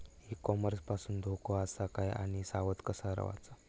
E commerce पासून धोको आसा काय आणि सावध कसा रवाचा?